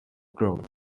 growth